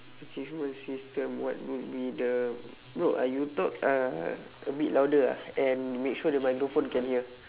achievement system what would be the bro uh you talk uh a bit louder ah and make sure the microphone can hear